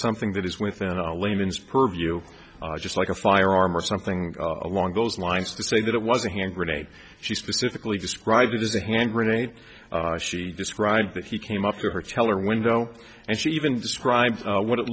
something that is within a layman's purview just like a firearm or something along those lines to say that it was a hand grenade she specifically described it as a hand grenade she described that he came up to her teller window and she even described what it